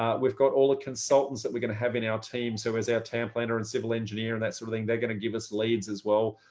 um we've got all the consultants that we're going to have in our team. so as our town planner and civil engineer and that sort of thing, they're going to give us leads as well.